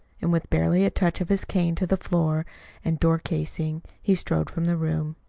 and with barely a touch of his cane to the floor and door-casing, he strode from the room.